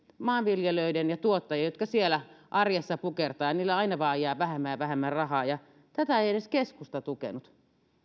maanviljelijöiden ja tuottajien jotka siellä arjessa pukertavat ja niille aina vaan jää vähemmän ja vähemmän rahaa tätä ei edes keskusta tukenut